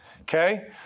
Okay